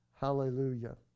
Hallelujah